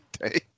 day